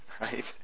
right